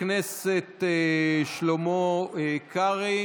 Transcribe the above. הכנסת שלמה קרעי,